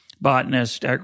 botanist